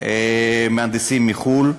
מהנדסים מחו"ל.